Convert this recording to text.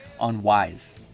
unwise